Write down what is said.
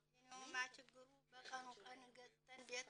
כי אמרו להם שזה לא רשום בטאבו.